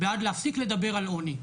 אני בעד להפסיק לדבר על עוני.